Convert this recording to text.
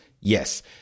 Yes